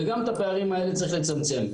וגם את הפערים האלה צריך לצמצם.